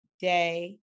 day